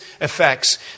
effects